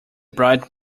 bright